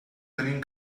tenim